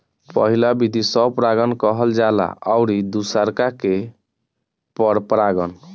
पहिला विधि स्व परागण कहल जाला अउरी दुसरका के पर परागण